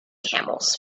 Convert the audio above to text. camels